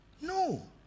No